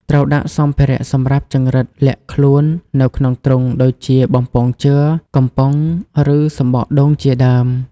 ត្រូវដាក់សម្ភារៈសម្រាប់ចង្រិតលាក់ខ្លួននៅក្នុងទ្រុង ដូចជា បំពង់ជ័រ កំប៉ុង ឬ សំបកដូងជាដើម។